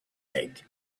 egg